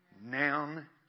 Noun